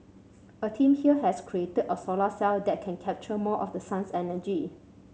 a team here has created a solar cell that can capture more of the sun's energy